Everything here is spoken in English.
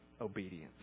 obedience